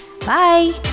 Bye